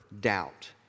doubt